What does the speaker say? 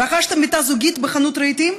רכשתם מיטה זוגית בחנות רהיטים?